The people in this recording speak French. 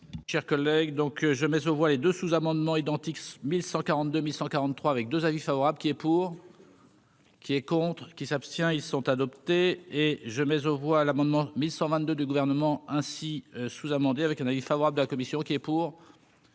Chers collègues, donc je mets aux voix les deux sous-amendements identiques 1142143 avec 2 avis favorable qui est pour. Qui est contre qui s'abstient ils sont adoptés et je mais aux voix l'amendement 1122 du gouvernement ainsi sous- amendé avec un avis favorable de la commission. Qui est pour,